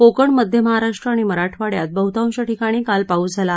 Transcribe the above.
कोकण मध्य महाराष्ट्र आणि मराठवाड्यात बहुतांश ठिकाणी काल पाऊस झाला